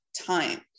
time